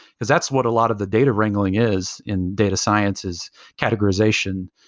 because that's what a lot of the data wrangling is in data sciences categorization.